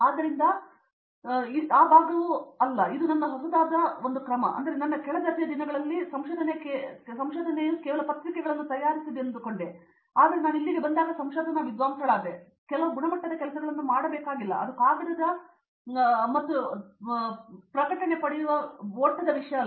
ಆದ್ದರಿಂದ ಈ ಭಾಗವು ಅದು ಅಲ್ಲ ಇದು ನನ್ನ ಹೊಸದಾದ ಯಾವುದೋ ಸರಿ ನನ್ನ ಕೆಳ ದರ್ಜೆಯ ದಿನಗಳಲ್ಲಿ ಸರಿ ಸಂಶೋಧನೆಯು ಕೇವಲ ಪತ್ರಿಕೆಗಳನ್ನು ತಯಾರಿಸಲು ಮತ್ತು ಅದು ಎಲ್ಲದರಲ್ಲ ಆದರೆ ನಾನು ಇಲ್ಲಿಗೆ ಬಂದಾಗ ಸಂಶೋಧನಾ ವಿದ್ವಾಂಸನಾದೆ ನಂತರ ನಾವು ಕೆಲವು ಗುಣಮಟ್ಟದ ಕೆಲಸಗಳನ್ನು ಮಾಡಬೇಕಾಗಿಲ್ಲ ಅದು ಕಾಗದದ ಮತ್ತು ಎಲ್ಲವನ್ನೂ ಪಡೆಯುವ ಓಟದ ಅಲ್ಲ